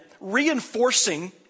reinforcing